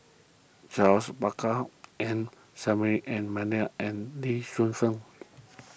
Charles Paglar M Saffri A and Lee Shu Fen